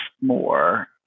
more